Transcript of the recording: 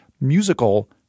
musical